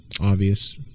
obvious